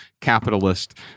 capitalist